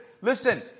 listen